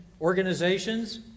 organizations